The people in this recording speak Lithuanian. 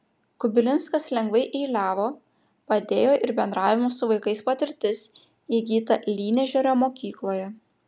kubilinskas lengvai eiliavo padėjo ir bendravimo su vaikais patirtis įgyta lynežerio mokykloje